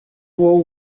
war